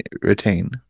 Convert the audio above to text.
retain